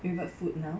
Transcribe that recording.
favourite food now